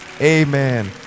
Amen